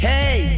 Hey